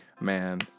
man